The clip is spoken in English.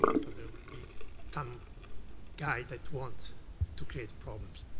there will be some guy that wants to create problems.